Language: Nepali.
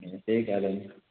त्यहीकारण